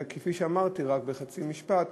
וכפי שאמרתי בחצי משפט,